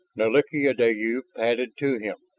nalik'ideyu padded to him,